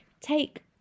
take